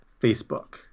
Facebook